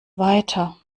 weiter